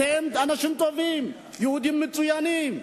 אתם אנשים טובים, יהודים מצוינים,